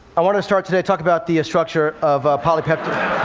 i want to start today talk about the structure of a polypeptide.